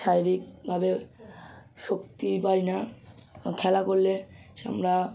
শারীরিকভাবে শক্তি পাই না খেলা করলে আমরা